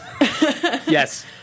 Yes